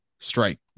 strike